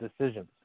decisions